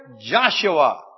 Joshua